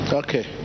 Okay